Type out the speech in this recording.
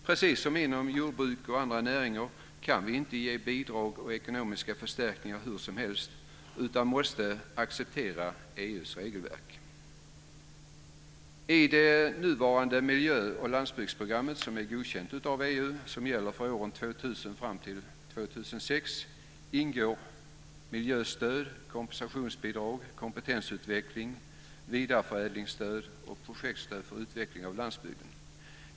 Precis som inom jordbruk och andra näringar kan vi inte ge bidrag och ekonomiska förstärkningar hur som helst utan måste acceptera EU:s regelverk. I det nuvarande miljö och landsbygdsprogrammet, som är godkänt av EU och som gäller för åren 2000-2006, ingår miljöstöd, kompensationsbidrag, kompetensutveckling, vidareförädlingsstöd och projektstöd för utveckling av landsbygden.